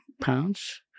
pounds